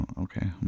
Okay